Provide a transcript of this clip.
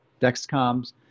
Dexcoms